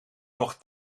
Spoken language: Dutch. nog